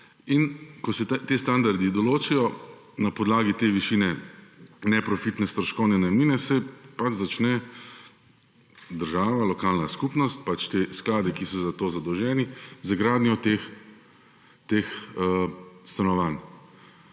Ko se ti standardi določijo na podlagi višine neprofitne stroškovne najemnine, začnejo država, lokalna skupnost, pač skladi, ki so za to zadolženi, z gradnjo teh stanovanj.